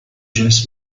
james